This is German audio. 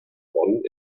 bonn